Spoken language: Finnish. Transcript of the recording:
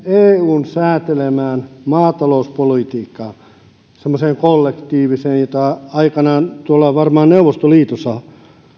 eun sääntelemään maatalouspolitiikkaan semmoiseen kollektiiviseen jota aikanaan varmaan tuolla neuvostoliitossa